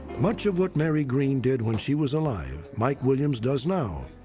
much of what mary greene did when she was alive, mike williams does now.